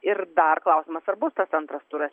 ir dar klausimas ar bus tas antras turas